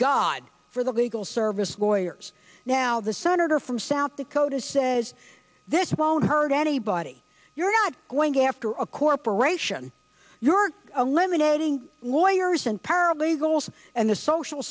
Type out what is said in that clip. god for the legal service lawyers now the senator from south dakota says this won't hurt anybody you're not going after a corporation you're a lemonade ing lawyers and paralegals and the social